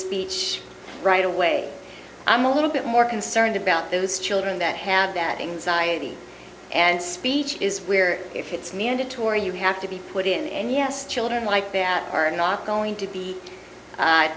speech right away i'm a little bit more concerned about those children that have that inside and speech is where if it's mandatory you have to be put in and yes children like there are going to be